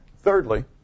Thirdly